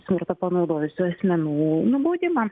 smurtą panaudojusių asmenų nubaudimą